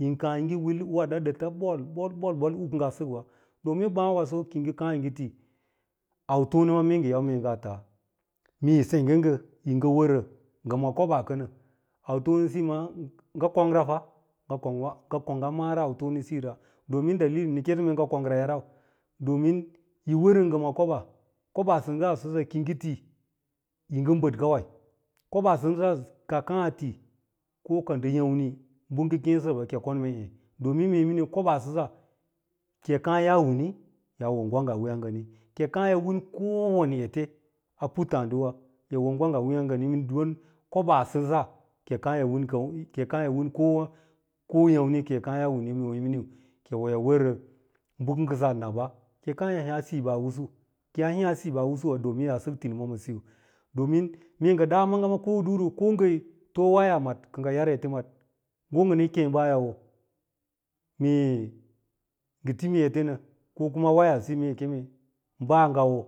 Yin kàà yi ngɚ wil weɗa ɗɚta bol-ɓol ɓol-ɓol ɗomin ɓàà waaso ki yi kàà yi ngɚ ti, autone ma meeyin yau mee nga taa, mee yi sengge ngɚ yi ngɚ wɚrɚ ngɚ ma kobaa kɚnɚ, autonesiyi ma ngɚ kongra fa, ngɚ kongra, ngɚ konggaa mara autonesiyi ra domin dahli nɚ kêê sɚ mee ngɚ kongraya rau domin yi wɚrɚn ngɚ ma oɓaa, obaasɚngga sɚsa ki yi ti yi ngɚ bɚd kawai, koɓaa sɚsa ka kàà a ti ko ka ndɚ yàmni bɚ kêê sɚ sɚɓa kɚi on mee êê domin mee miniu koɓaa sɚsa ki yi kàà ya wini yaa wo gwang a ngani, kɚi kàà yi win i kowane ete a puttààdiwa yi wo goranga wiiyan ngani don koɓaa sɚsa kɚr kàà yi win kong, kɚ yi kàà yi win kowa koyàmni ki yi kàà yaa wini mee wo yi wɚrɚ bɚ kɚ ngaa sa naba. Kiyi kàà yi hiiyàà siiba’usu, ki yaa hiiyàà siiba’ usuwa domin ki yaa sɚk tinima ma siyo domin mee ɗa manga ko ngɚ ɗaru ko ngɚ to waya mad kɚ ngɚ yar ete mad ngo ngɚ nɚ kêê ɓaayi wo, mee ngɚ timi ete nɚ ko kuma wayasiyo ee keme baa ngawo,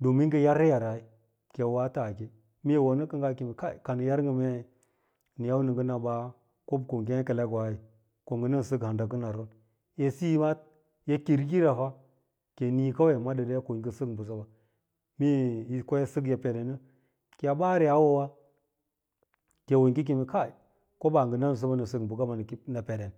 mee keme ngɚ yarsɚ yara ki yi woa take mee yi wonɚ ngaa kim kai ka nɚn yau nɚ ngɚ na bàà kob ko ngêkelek wai kongɚ nɚn sɚk handa kɚnarson, eɗsiyi wa yi kir kirra fa, kɚi ni kawo ko yi ngɚ sɚk bɚsɚba mee yi ko yi sɚk yi pede nɚ ki yaa baarɚ yaa wowa ki yi wo yi ngɚ keme kai koɓaa ngɚ nanɚsa nɚ sɚk bɚkaba nɚ peɗen